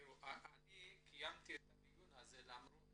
תראו, אני קיימתי את הדיון הזה למרות